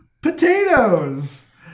potatoes